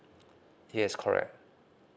yes correct